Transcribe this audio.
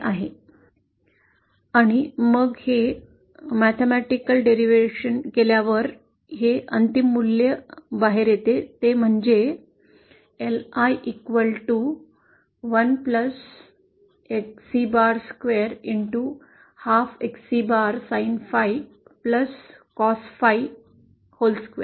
e आणि मग हे गणितीय व्युत्पन्न केल्यावर जे अंतिम मूल्य बाहेर येते ते म्हणजे LI 1 Xc2 ½ Xc Sin phi Cos phi 2